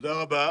תודה רבה.